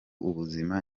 ubuzima